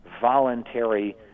voluntary